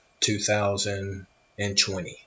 2020